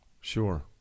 Sure